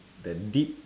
that dip